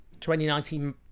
2019